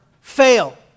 Fail